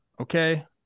Okay